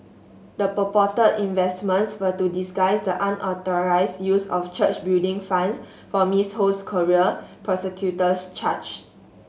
the purported investments were to disguise the unauthorised use of church building funds for Miss Ho's career prosecutors charge